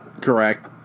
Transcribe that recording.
Correct